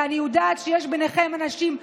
כי אני יודעת שיש ביניכם אנשים הגונים,